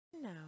No